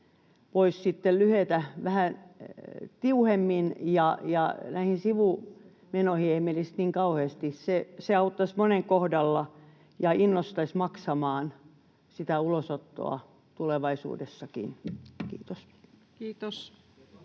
voisi lyhetä vähän tiuhemmin ja näihin sivumenoihin ei menisi niin kauheasti. Se auttaisi monen kohdalla ja innostaisi maksamaan sitä ulosottoa tulevaisuudessakin. — Kiitos.